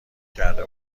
کرده